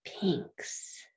pinks